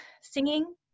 singing